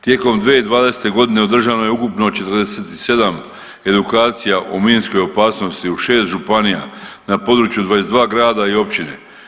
Tijekom 2020. godine održano je ukupno 47 edukacija o minskoj opasnosti u šest županija na području 22 grada i općine.